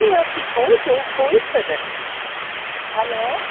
उसने आपकी कॉल को होल्ड पर रखा हलो